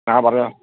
ആ പറഞ്ഞോളൂ